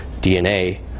DNA